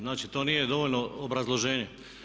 Znači to nije dovoljno obrazloženje.